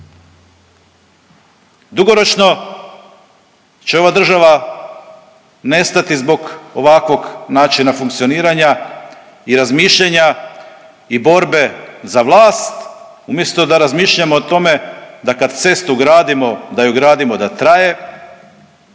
Dugoročno će ova država nestati zbog ovakvog načina funkcioniranja i razmišljanja i borbe za vlast umjesto da razmišljamo o tome da kad cestu gradimo, da ju gradimo da traje,